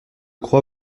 crois